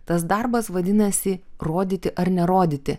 tas darbas vadinasi rodyti ar nerodyti